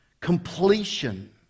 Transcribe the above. completion